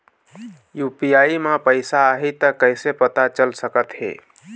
UPI म पैसा आही त कइसे पता चल सकत हे?